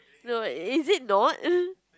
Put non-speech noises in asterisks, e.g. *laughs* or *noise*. no is it not *laughs*